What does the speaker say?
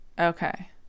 Okay